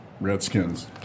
Redskins